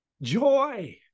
Joy